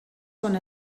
són